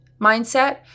mindset